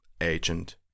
agent